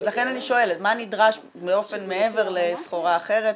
-- אז לכן אני שואלת מה נדרש מעבר לסחורה אחרת,